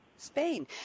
Spain